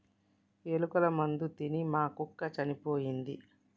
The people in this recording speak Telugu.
ఎలుకల మందు తిని మా కుక్క చనిపోయింది